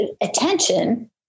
attention